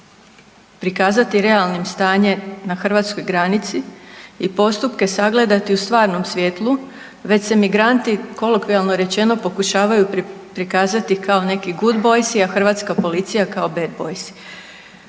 prikazati realnim stanje na hrvatskoj granici i postupke sagledati u stvarnom svijetlu već se migranti kolokvijalno rečeno pokušavaju prikazati kao neki good boysi, a hrvatska policija kao bed boysi.